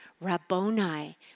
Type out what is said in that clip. Rabboni